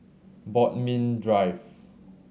Bodmin Drive